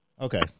Okay